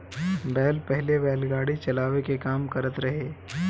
बैल पहिले बैलगाड़ी चलावे के काम करत रहे